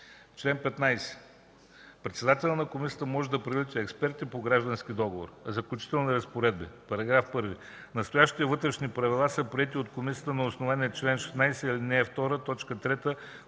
Чл. 15. Председателят на Комисията може да привлича експерти по граждански договори. Заключителни разпоредби § 1. Настоящите Вътрешни правила са приети от Комисията на основание чл. 16, ал. 2, т.